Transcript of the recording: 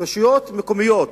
רשויות מקומיות